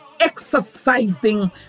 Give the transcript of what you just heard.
exercising